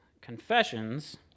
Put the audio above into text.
confessions